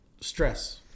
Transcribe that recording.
stress